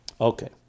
Okay